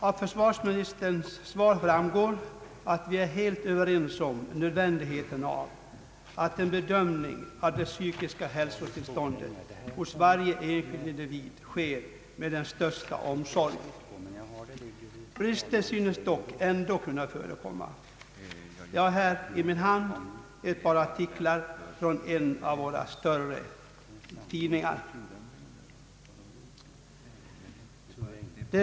Av försvarsministerns svar framgår att vi är helt överens om nödvändigheten av att en bedömning av det psykiska hälsotillståndet hos varje enskild individ sker med den största omsorg. Brister synes ändå kunna förekomma. Jag har här i min hand ett par artiklar ur en av våra större tidningar.